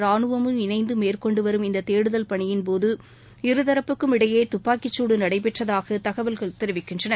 ராணுவமும் இணைந்து மேற்கொண்டு வரும் இந்த தேடுதல் பணியின் போது இருதரப்புக்கும் இடையே துப்பாக்கி சூடு நடைபெற்றதாக தகவல்கள் தெரிவிக்கின்றன